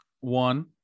One